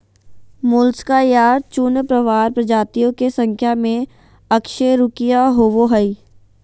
Mollusca या चूर्णप्रावार प्रजातियों के संख्या में अकशेरूकीय होबो हइ